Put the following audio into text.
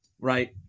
right